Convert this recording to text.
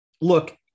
look